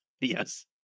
yes